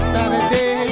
Saturday